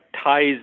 ties